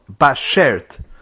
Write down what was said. bashert